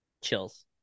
chills